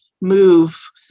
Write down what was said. move